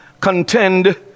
contend